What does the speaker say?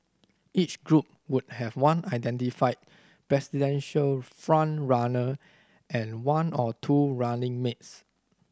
each group would have one identified presidential front runner and one or two running mates